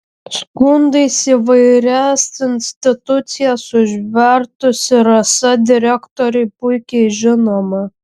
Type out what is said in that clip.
skundais įvairias institucijas užvertusi rasa direktoriui puikiai žinoma